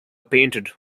painted